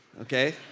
okay